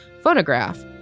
phonograph